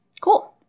Cool